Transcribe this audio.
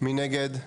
1 נגד,